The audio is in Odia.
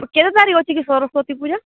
କେତେ ତାରିଖ୍ ଅଛି କି ସରସ୍ୱତୀ ପୂଜା